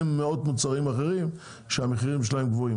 מאות מוצרים אחרים שהמחירים שלהם גבוהים.